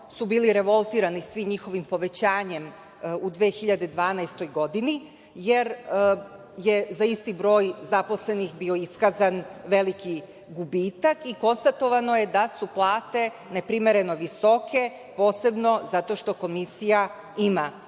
su bili revoltirani svim njihovim povećanjem u 2012. godini, jer je za isti broj zaposlenih bio iskazan veliki gubitak i konstatovano je da su plate neprimereno visoke, posebno zato što komisija ima